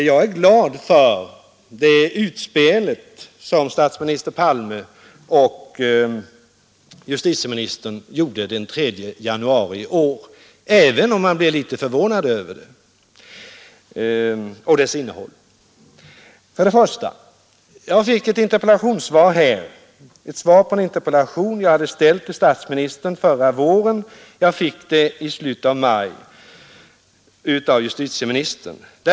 Jag är glad för det utspel som statsminister Palme och justitieministern gjorde den 3 januari i år, även om man blev litet förvånad över dess innehåll. Förra våren ställde jag en interpellation till statsministern, och jag fick svar i slutet av maj av justitieministern.